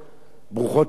ברוכות ילדים,